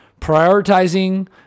prioritizing